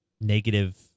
negative